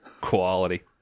Quality